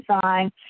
design